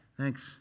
thanks